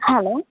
hello